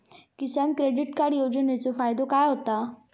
किसान credit card योजनेचो फायदो काय होता?